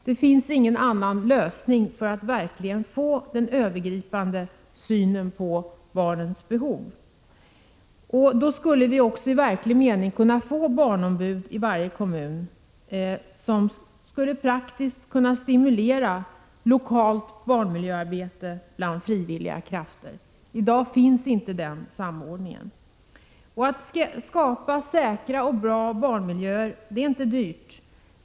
Det finns ingen annan lösning för att verkligen få denna övergripande syn på barnens behov. Med en sådan lösning skulle vi i verklig mening i varje kommun kunna få barnombud, som skulle kunna praktiskt stimulera lokalt barnmiljöarbete bland frivilliga krafter. I dag finns inte den samordningen. Att skapa säkra och bra barnmiljöer är inte dyrt.